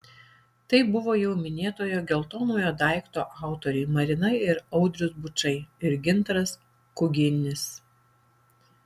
tai buvo jau minėtojo geltonojo daikto autoriai marina ir audrius bučai ir gintaras kuginis